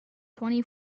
twenty